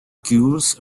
gules